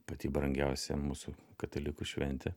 pati brangiausia mūsų katalikų šventė